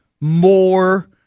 more